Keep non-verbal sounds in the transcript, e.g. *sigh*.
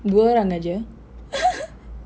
dua orang aja *laughs*